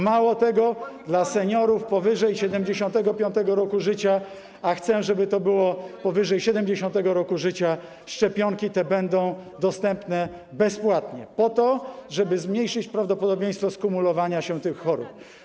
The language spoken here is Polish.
Mało tego, dla seniorów powyżej 75. roku życia, a chcę, żeby to było powyżej 70. roku życia, szczepionki te będą dostępne bezpłatnie po to, żeby zmniejszyć prawdopodobieństwo skumulowania się tych chorób.